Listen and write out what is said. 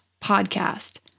podcast